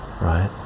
right